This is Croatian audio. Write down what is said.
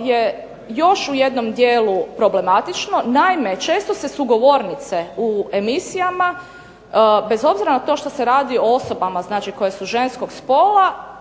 je još u jednom dijelu problematično. Naime, često se sugovornice u emisijama, bez obzira na to što se radi o osobama znači koje su ženskog spola,